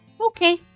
Okay